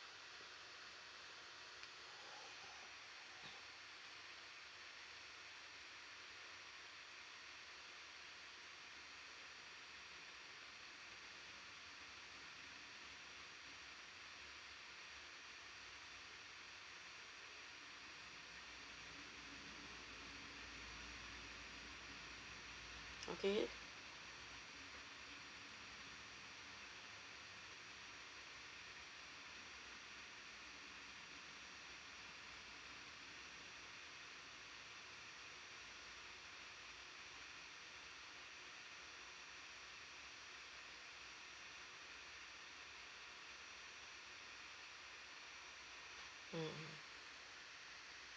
okay mm